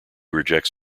rejects